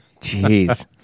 Jeez